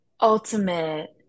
ultimate